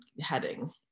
heading